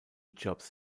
jobs